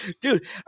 Dude